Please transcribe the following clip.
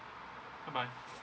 goodbye